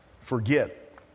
forget